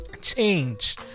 Change